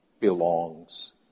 Belongs